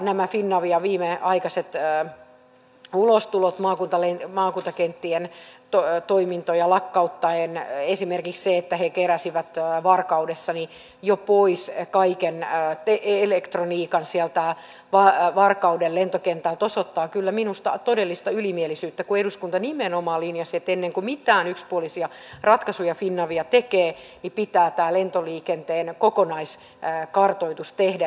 nämä finavian viimeaikaiset ulostulot maakuntakenttien toimintoja lakkauttaen esimerkiksi se että he keräsivät varkaudessa jo pois kaiken elektroniikan sieltä varkauden lentokentältä osoittavat kyllä minusta todellista ylimielisyyttä kun eduskunta nimenomaan linjasi että ennen kuin mitään yksipuolisia ratkaisuja finavia tekee niin pitää tämä lentoliikenteen kokonaiskartoitus tehdä